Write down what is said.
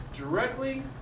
Directly